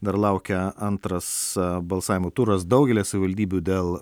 dar laukia antras balsavimo turas daugelyje savivaldybių dėl